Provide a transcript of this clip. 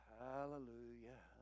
hallelujah